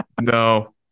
No